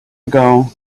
ago